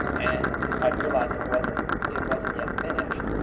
and i'd realize it wasn't it wasn't yet finished.